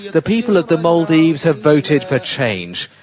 the people of the maldives have voted for change.